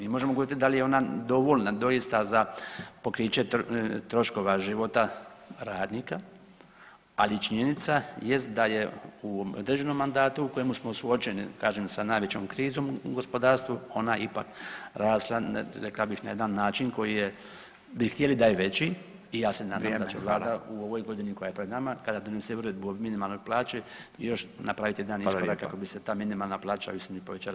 Mi možemo govoriti dal je ona dovoljna doista za pokriće troškova života radnika, ali činjenica jest da je u određenom mandatu u kojemu smo suočeni, kažem sa najvećom krizom u gospodarstvu, ona je ipak rasla, rekao bih na jedan način bi htjeli da je veći, i ja se nadam da će Vlada [[Upadica Radin: Vrijeme, hvala.]] u ovoj godini koja je pred nama, kad donese uredbu o minimalnoj plaći, još napraviti jedan iskorak [[Upadica Radin: Hvala lijepa.]] kako bi se ta minimalna plaća u visini povećala.